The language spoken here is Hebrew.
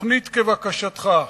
תוכנית כבקשתך.